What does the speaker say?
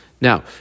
Now